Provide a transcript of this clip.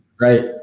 right